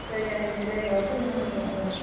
जायगानिनो जायगायावनो फोरोंनांगौ औ